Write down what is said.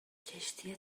کشتی